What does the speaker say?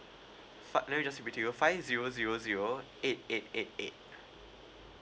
fi~ let me just repeat to you five zero zero zero eight eight eight eight